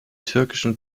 türkischen